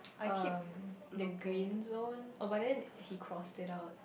um the green zone oh but the he crossed it out